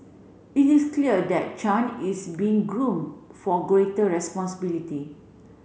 it is clear that Chan is being groom for greater responsibility